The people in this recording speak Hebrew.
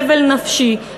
סבל נפשי,